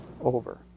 over